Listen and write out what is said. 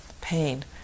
pain